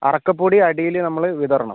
അറക്കപ്പൊടി അടിയിൽ നമ്മൾ വിതറണം